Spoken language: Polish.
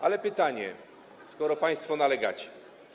Ale pytanie, skoro państwo nalegacie.